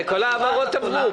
תראה, כל העברות עברו.